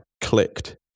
clicked